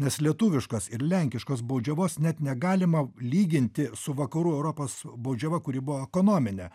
nes lietuviškos ir lenkiškos baudžiavos net negalima lyginti su vakarų europos baudžiava kuri buvo ekonominė